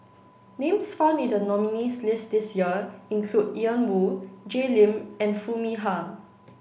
names found in the nominees' list this year include Ian Woo Jay Lim and Foo Mee Har